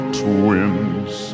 twins